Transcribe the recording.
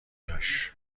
داشت